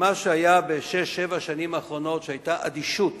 שמה שהיה בשש, שבע השנים האחרונות, שהיתה אדישות